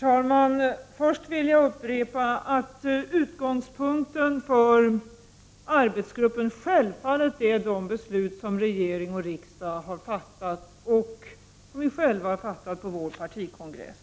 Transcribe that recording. Herr talman! Först vill jag upprepa att utgångspunkten för arbetsgruppen självfallet är de beslut som regering och riksdag har fattat samt de beslut som vi själva har fattat på vår partikongress.